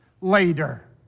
later